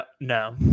no